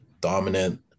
Dominant